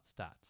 stats